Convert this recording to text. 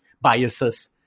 biases